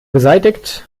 beseitigt